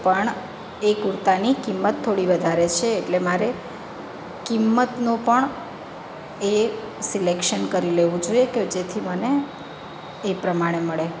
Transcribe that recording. પણ એ કુર્તાની કિંમત થોડી વધારે છે એટલે મારે કિંમતનો પણ એ સિલેક્શન કરી લેવું જોઈએ કે જેથી મને એ પ્રમાણે મળે